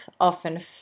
often